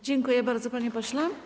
Dziękuję bardzo, panie pośle.